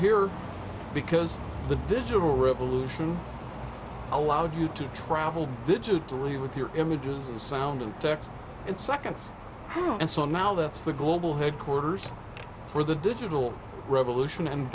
here because the digital revolution allowed you to travel digitally with your images and sound and text and seconds and so now that's the global headquarters for the digital revolution and